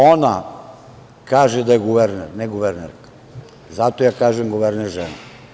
Ona kaže da je guverner, ne guvernerka, zato ja kažem guverner žena.